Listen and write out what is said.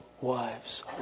wives